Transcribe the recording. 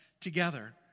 together